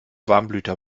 warmblüter